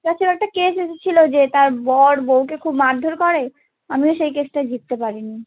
তাছাড়া একটা কেস এসেছিল যে তার বর বউকে খুব মারধর করে আমিও সেই কেসটায় জিততে পারিনি